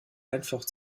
einfach